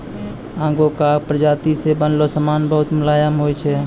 आंगोराक प्राजाती से बनलो समान बहुत मुलायम होय छै